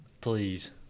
Please